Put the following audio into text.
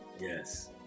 Yes